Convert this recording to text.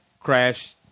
crash